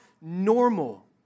normal